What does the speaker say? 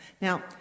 Now